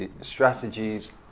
strategies